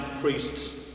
priests